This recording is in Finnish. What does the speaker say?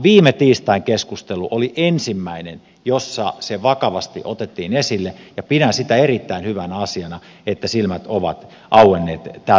viime tiistain keskustelu oli ensimmäinen jossa se vakavasti otettiin esille ja pidän sitä erittäin hyvänä asiana että silmät ovat auenneet tältä osin